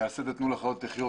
מייסדת תנו לחיות לחיות,